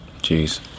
Jeez